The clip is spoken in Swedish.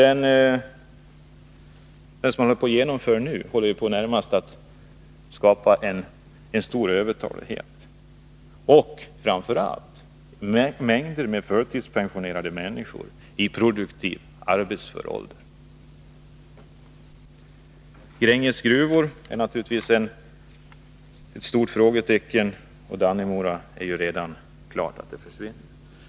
Den minskning som nu genomförs skapar närmast en stor övertalighet och medför framför allt att mängder av människor i produktiv och arbetsför ålder förtidspensioneras. Grängesbergs gruvor är naturligtvis ett stort frågetecken, och det är redan klart att Dannemora gruvor försvinner.